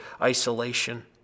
isolation